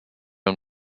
own